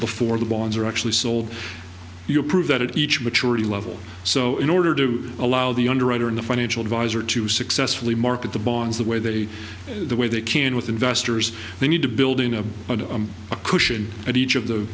before the bonds are actually sold you prove that each maturity level so in order to allow the underwriter and the financial advisor to successfully market the bonds the way they the way they can with investors they need to build in a cushion at each of the